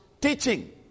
teaching